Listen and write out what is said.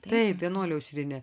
taip vienuolė aušrinė